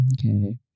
okay